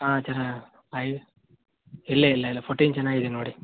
ಹಾಂ ಚನ ಆಯ್ ಇಲ್ಲ ಇಲ್ಲ ಇಲ್ಲ ಪೋಟೀನ್ ಚೆನ್ನಾಗಿದೆ ನೋಡಿ